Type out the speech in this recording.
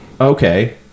okay